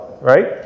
right